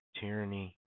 tyranny